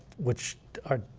which are,